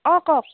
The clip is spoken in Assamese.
কওক